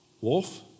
wolf